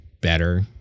better